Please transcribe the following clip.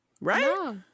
Right